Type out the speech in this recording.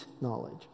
knowledge